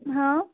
ହଁ